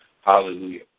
Hallelujah